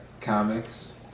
comics